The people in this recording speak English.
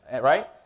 Right